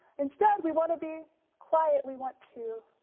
instead we wanna be quiet, we want to